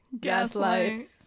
gaslight